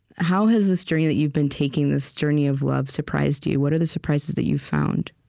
how has this journey that you've been taking, this journey of love, surprised you? what are the surprises that you've found?